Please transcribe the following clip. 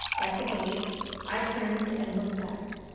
at the gate i turned and looked back.